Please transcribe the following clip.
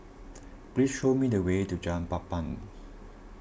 please show me the way to Jalan Papan